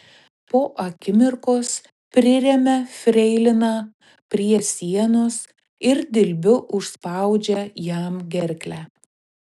po akimirkos priremia freiliną prie sienos ir dilbiu užspaudžia jam gerklę